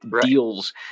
deals